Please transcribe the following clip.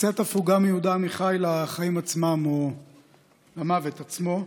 קצת הפוגה מיהודה עמיחי לחיים עצמם או למוות עצמו.